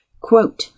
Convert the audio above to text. Quote